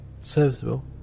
serviceable